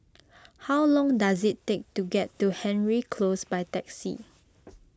how long does it take to get to Hendry Close by taxi